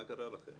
מה קרה לכם?